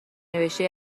نوشته